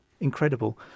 Incredible